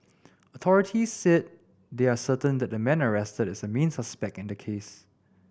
authorities said they are certain that the man arrested is a main suspect in the case